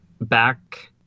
back